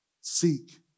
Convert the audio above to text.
Seek